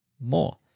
more